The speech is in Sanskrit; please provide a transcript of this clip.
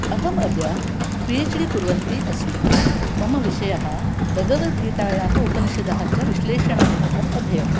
अहम् अद्य पि हेच् डि कुर्वन्ती अस्मि मम विषयः भगवद्गीतायाः उपनिषदः च विश्लेषणात्मकम् अध्ययनम्